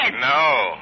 No